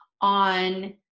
on